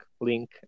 Link